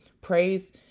praise